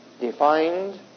defined